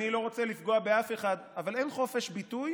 אני לא רוצה לפגוע באף אחד, אבל אין חופש ביטוי